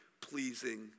pleasing